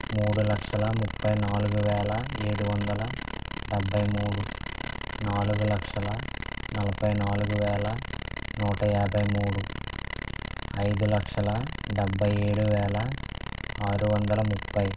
మూడు లక్షల ముఫై నాలుగు వేల ఏడు వందల డెబ్బై మూడు నాలుగు లక్షల నలభై నాలుగు వేల నూట యాభై మూడు ఐదు లక్షల డెబ్బై ఏడు వేల ఆరువందల ముప్పై